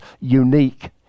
unique